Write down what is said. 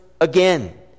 again